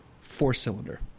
four-cylinder